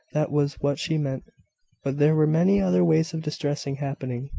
that was what she meant but there were many other ways of distress happening.